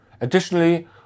Additionally